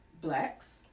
blacks